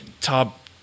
top